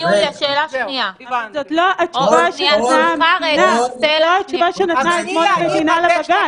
זה לא התשובה שנתנה אתמול המדינה לבג"ץ.